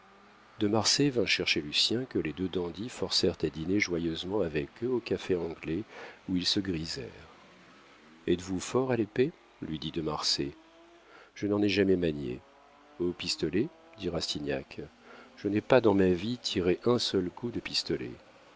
de marsay vint chercher lucien que les deux dandies forcèrent à dîner joyeusement avec eux au café anglais où ils se grisèrent êtes-vous fort à l'épée lui dit de marsay je n'en ai jamais manié au pistolet dit rastignac je n'ai pas dans ma vie tiré un seul coup de pistolet